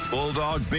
Bulldog